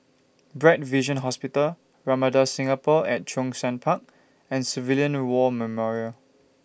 Bright Vision Hospital Ramada Singapore At Zhongshan Park and Civilian War Memorial